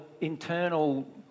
internal